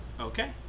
Okay